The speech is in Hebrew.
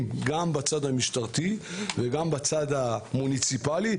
גם בצד המשטרתי וגם בצד המוניציפלי,